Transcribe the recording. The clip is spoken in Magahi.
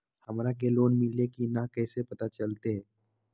हमरा के लोन मिल्ले की न कैसे पता चलते?